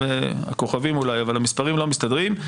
הכוכבים אולי, אבל המספרים לא מסתדרים.